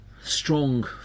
strong